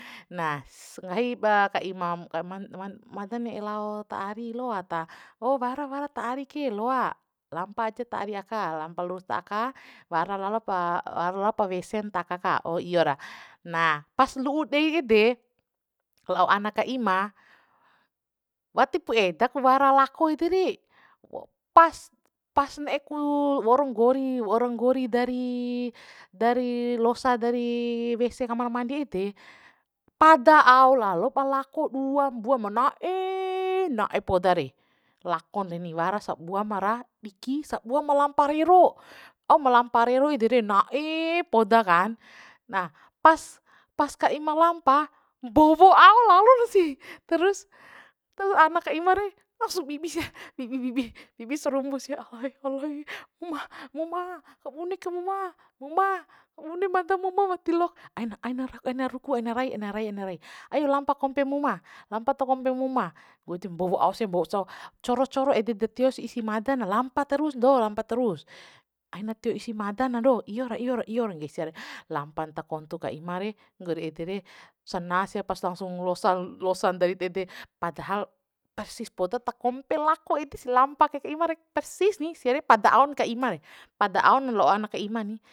Na nggahi ka ima ka man mada ne'e lao ta ari loa ta o wara wara ta ari ke loa lampa ja ta ari aka lampa lu'us ta aka wara lalo pa waralopa wese ta aka ka o iyo ra na pas lu'u dei ede ana ka ima watipu eda ku wara lako ede re pas- pas ne'e ku waura nggori dari dari losa dari wese mandi ede pada ao lalo ba lako dua mbua ma na'eee na'e poda re lakon reni wara sabua ma ra diki sabua ma lampa rero au ma lampa rero ede re na'eee poda kan nah pas- pas ka ima lampa mbowo ao lalo sih terus ana ka ima re langsung bibi sia bibi bibi bibi sarumbu sia alae alaee muma muma kabune ke muma muma kabune mada muma watilaok aina aina aina ruku aina rai aina rai aina rai ai lampa kompe muma lampa ta kompe muma mbowo ao sia coro coro ede da tios isi mada na lampa terus ndo lampa terus aina tio isi mada na ndo iyora iyora iyora nggehi sia re lampan ta kontu ka ima re nggori ede re sana sia pas langsung losa losan ta ede de padahal pas persis poda takompe lako ede sih lampa kai ka ima re persis ni sia re pada aon ka ima re pada ao lao ana ka ima ni